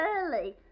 early